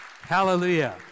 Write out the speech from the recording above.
Hallelujah